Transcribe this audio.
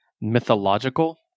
mythological